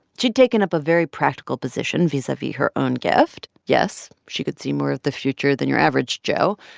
she'd taken up a very practical position vis-a-vis her own gift. yes, she could see more of the future than your average joe,